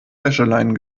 wäscheleinen